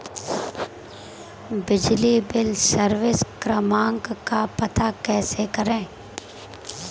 बिजली bill service क्रमांक का पता कैसे करें?